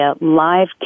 live